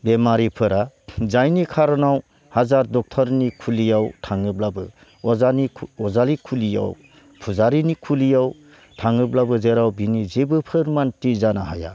बेमारिफोरा जायनि खारनाव हाजार ड'क्टरनि खुलियाव थाङोब्लाबो अजानि अजानि खुलियाव फुजारिनि खुलियाव थाङोब्लाबो जेराव बिनि जेबो फोरमानथि जानो हाया